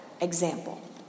example